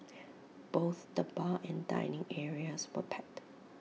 both the bar and dining areas were packed